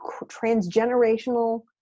transgenerational